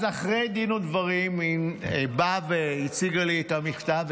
אז אחרי דין ודברים היא באה והציגה לי את המכתב,